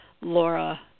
Laura